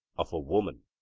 of a woman,